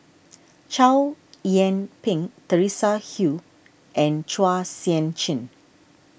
Chow Yian Ping Teresa Hsu and Chua Sian Chin